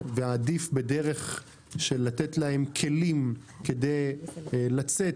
ועדיף בדרך של לתת להם כלים כדי לצאת